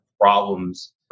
problems